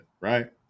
right